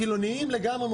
חילוניים לגמרי,